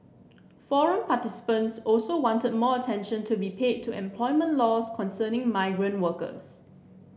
forum participants also wanted more attention to be paid to employment laws concerning migrant workers